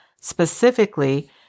specifically